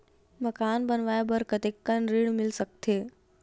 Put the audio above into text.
मकान बनाये बर कतेकन ऋण मिल सकथे?